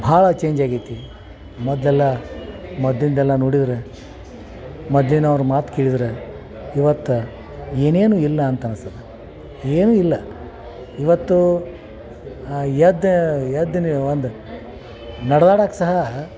ಭಾಳ ಚೇಂಜ್ ಆಗೈತಿ ಮೊದಲೆಲ್ಲ ಮೊದಲಿಂದಲ್ಲ ನೋಡಿದರೆ ಮೊದ್ಲಿನವ್ರು ಮಾತು ಕೇಳಿದರೆ ಇವತ್ತು ಏನೇನೂ ಇಲ್ಲ ಅಂತ ಅನ್ಸತ್ತೆ ಏನು ಇಲ್ಲ ಇವತ್ತು ಎದ್ದ ಎದ್ದನಿ ಒಂದು ನಡದಾಡಕ್ಕೆ ಸಹ